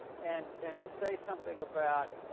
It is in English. and and to say something about